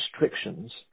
restrictions